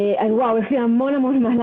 אבל מישהו צריך לסייע להן במימון של הדבר